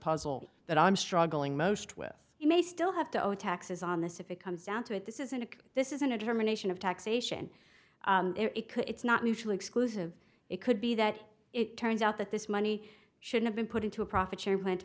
puzzle that i'm struggling most with you may still have to over taxes on this if it comes down to it this isn't this isn't a termination of taxation it could it's not mutually exclusive it could be that it turns out that this money should have been put into a profit share plan to